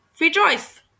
rejoice